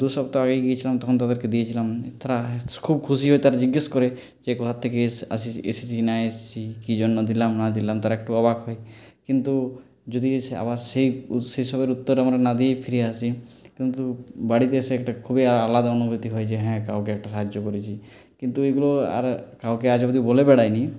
দু সপ্তাহ আগেই গিয়েছিলাম তখন তাদেরকে দিয়েছিলাম তারা খুব খুশি হয়ে তারা জিজ্ঞেস করে যে কোথার থেকে এসে আসিছি এসেছি না এসেছি কী জন্য দিলাম না দিলাম তারা একটু অবাক হয় কিন্তু যদি আবার সেই সেই সবের উত্তর আমরা না দিয়েই ফিরে আসি কিন্তু বাড়িতে এসে একটা খুবই আলাদা অনুভূতি হয়েছে যে হ্যাঁ কাউকে একটা সাহায্য করেছি কিন্তু এগুলো আর কাউকে আজ অবধি বলে বেড়াইনি